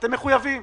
אתם מחויבים.